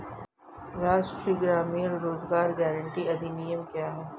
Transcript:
राष्ट्रीय ग्रामीण रोज़गार गारंटी अधिनियम क्या है?